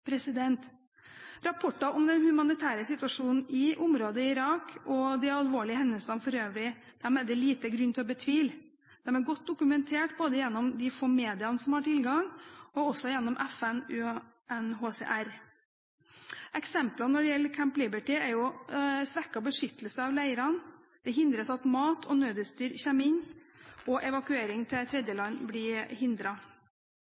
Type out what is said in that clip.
Rapporter om den humanitære situasjonen i området i Irak og de alvorlige hendelsene for øvrig er det liten grunn til å betvile. De er godt dokumentert gjennom de få mediene som har tilgang, og gjennom FN, UNHCR. Eksempler når det gjelder Camp Liberty, er svekket beskyttelse av leirene, en hindrer at mat og nødutstyr kommer inn, og evakuering til